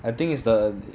I think is the